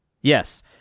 Yes